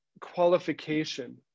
qualification